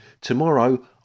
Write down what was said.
tomorrow